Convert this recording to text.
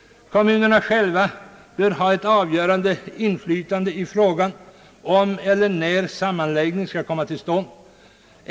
Kommunerna själva bör ha ett avgörande inflytande i frågan om eller när sammanläggning skall komma till stånd.